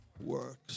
works